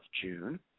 June